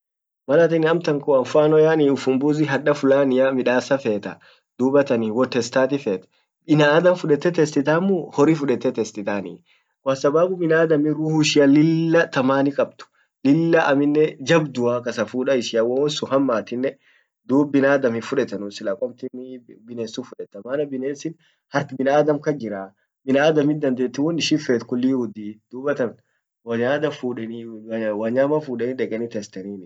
malatin amtan kwa mfano ufumbuzi hadda fulania midassa feta dubattan wotestati fet binaadam testitan muu ama horri testitanii kwa sababu binaadamin ruhu ishia ;lillla thamani kabduu lilla amminen jabdua kasafuda ishia wowonsun hammatinnen dub binaadam hin fuletenuu sila qomtinii binessum fuleta maana binesin hark binaadam kas jirra binaadamin dandete won ishinfet kulli hiuddi dubattan binadam fudeni ee wanyama fudeni testenii.